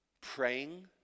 praying